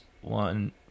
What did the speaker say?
One